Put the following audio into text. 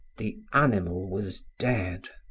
the animal was dead.